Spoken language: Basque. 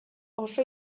oso